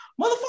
Motherfucker